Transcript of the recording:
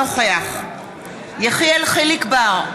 אינו נוכח יחיאל חיליק בר,